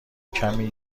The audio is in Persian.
کمی